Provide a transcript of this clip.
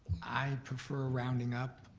i prefer rounding up.